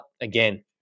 again